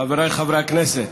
חבריי חברי הכנסת,